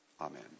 amen